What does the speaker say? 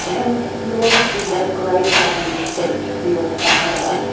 and you obviously have a great love and respect for your father.